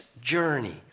journey